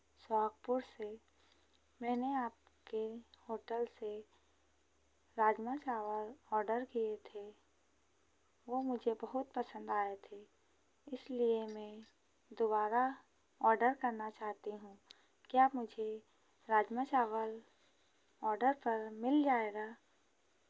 सुहागपुर से मैंने आपके होटल से राजमा चावल ऑर्डर किए थे वो मुझे बहुत पसन्द आए थे इसलिए मैं दोबारा ऑर्डर करना चाहती हूँ क्या मुझे राजमा चावल ऑर्डर पर मिल जाएगा